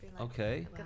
Okay